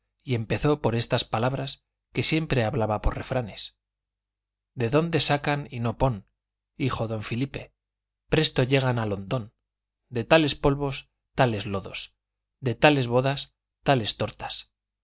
y empezó por estas palabras que siempre hablaba por refranes de donde sacan y no pon hijo don filipe presto llegan al hondón de tales polvos tales lodos de tales bodas tales tortas